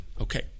okay